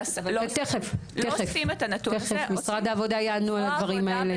תיכף משרד העבודה יענו על הדברים האלה.